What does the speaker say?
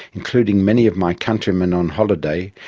including many of my countrymen on holiday,